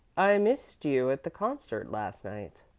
i missed you at the concert last night,